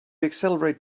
accelerate